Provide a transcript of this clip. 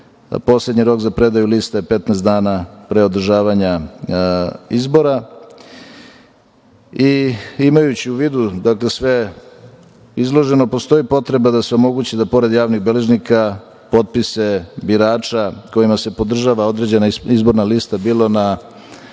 poslednji rok za predaju liste je 15 dana pre održavanja izbora. Imajući u vidu sve izloženo, postoji potreba da se omogući da pored javnih beležnika, potpise birača kojima se podržava određena izborna lista, bilo na